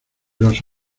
los